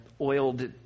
oiled